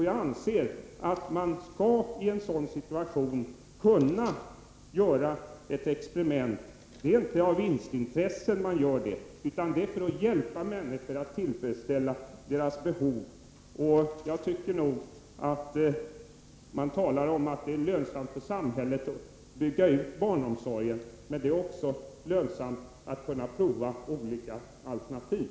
Jag anser att man i en sådan situation skall kunna göra ett experiment —inte av vinstintresse utan för att hjälpa människor att tillfredsställa sina behov. Man talar om att det är lönsamt för samhället att bygga ut barnomsorgen. Men det är också lönsamt att kunna pröva olika alternativ.